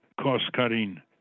cost-cutting